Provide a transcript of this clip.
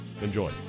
Enjoy